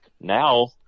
now